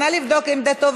נא לבדוק את עמדתו,